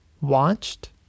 Watched